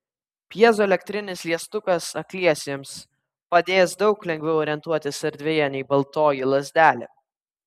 pjezoelektrinis liestukas akliesiems padės daug lengviau orientuotis erdvėje nei baltoji lazdelė